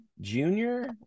junior